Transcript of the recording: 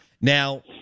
Now